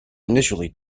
initially